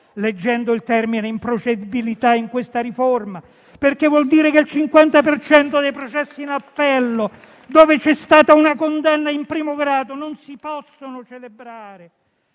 leggendo il termine improcedibilità in questa riforma, perché vuol dire che il 50 per cento dei processi in appello, dove c'è stata una condanna in primo grado, non si può celebrare.